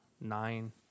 nine